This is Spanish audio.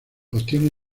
obtiene